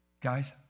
Guys